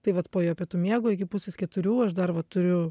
tai vat po jo pietų miego iki pusės keturių aš dar va turiu